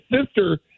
sister